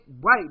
white